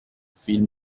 فیلم